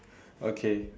okay